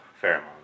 pheromones